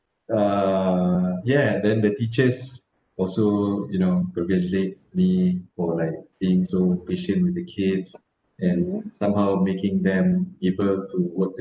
uh ya then the teachers also you know congratulate me for like being so patient with the kids and somehow making them able to work